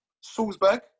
Salzburg